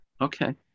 Okay